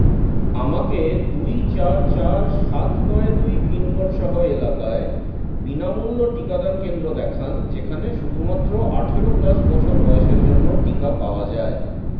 আমাকে দুই চার চার সাত নয় দুই পিনকোড সহ এলাকায় বিনামূল্য টিকাদান কেন্দ্র দেখান যেখানে শুধুমাত্র আঠারো প্লাস বছর বয়সের জন্য টিকা পাওয়া যায়